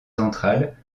centrale